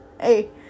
hey